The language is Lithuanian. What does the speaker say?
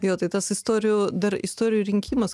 jo tai tas istorijų dar istorijų rinkimas